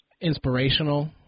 inspirational